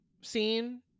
scene